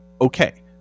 okay